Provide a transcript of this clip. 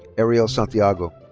ariel santiago.